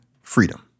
freedom